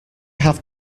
have